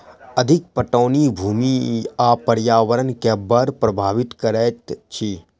अधिक पटौनी भूमि आ पर्यावरण के बड़ प्रभावित करैत अछि